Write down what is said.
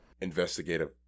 Investigative